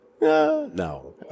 No